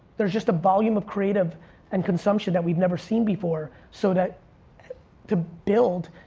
there's just a volume of creative and consumption that we've never seen before, so that to build,